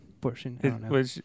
portion